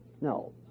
No